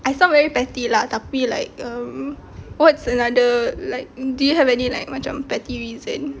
I felt very petty lah tapi like um what's another like do you have any like macam petty reason